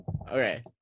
Okay